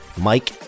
Mike